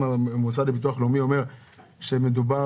המוסד לביטוח לאומי אומר שלכל משפחה מדובר